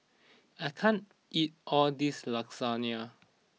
I can't eat all this Lasagna